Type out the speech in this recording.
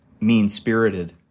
mean-spirited